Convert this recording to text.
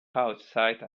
outside